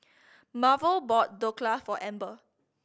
Marvel bought Dhokla for Amber